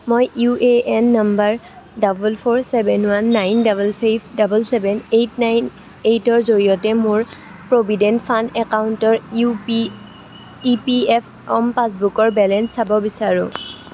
মই U A N number double four seven one nine double three double seven eight nine এইটৰ জৰিয়তে মোৰ provident fund একাউণ্টৰ U P E P F O পাছবুকৰ balance চাব বিচাৰোঁ